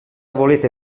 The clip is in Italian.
volete